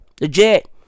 legit